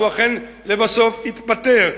הוא אכן לבסוף התפטר,